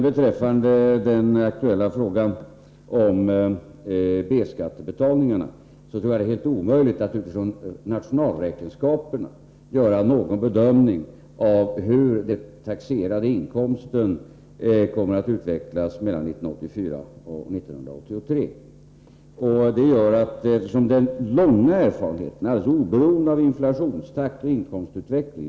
Beträffande den aktuella frågan om B-skattebetalningarna vill jag säga att jag tror att det är helt omöjligt att utifrån nationalräkenskaperna göra någon bedömning av hur den taxerade inkomsten kommer att utvecklas 1984 i förhållande till 1983. Vi har lång erfarenhet av att det förhåller sig så, alldeles oberoende av inflationstakt och inkomstutveckling.